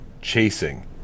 chasing